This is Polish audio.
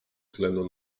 względu